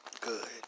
good